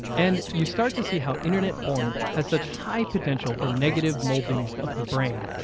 and you start to see how internet porn has such high potential for negative molding of the brain.